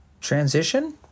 Transition